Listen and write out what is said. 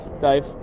Dave